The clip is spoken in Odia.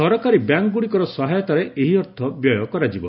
ସରକାରୀ ବ୍ୟାଙ୍କଗୁଡ଼ିକର ସହାୟତାରେ ଏହି ଅର୍ଥ ବ୍ୟୟ କରାଯିବ